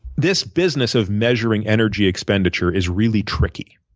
this business of measuring energy expenditure is really tricky.